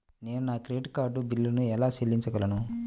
నేను నా credit card బిల్లును ఎలా చెల్లించగలను?